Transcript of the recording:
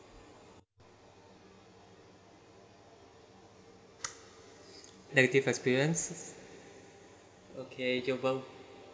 negative experiences okay your